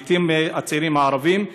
המתים הצעירים הערבים,